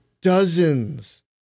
dozens